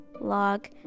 log